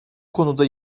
konuda